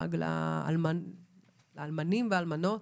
לאלמנים ולאלמנות,